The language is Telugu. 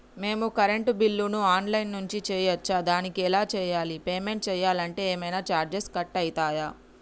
మేము కరెంటు బిల్లును ఆన్ లైన్ నుంచి చేయచ్చా? దానికి ఎలా చేయాలి? పేమెంట్ చేయాలంటే ఏమైనా చార్జెస్ కట్ అయితయా?